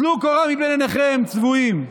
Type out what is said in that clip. טלו קורה מבין עיניכם, צבועים.